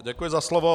Děkuji za slovo.